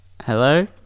hello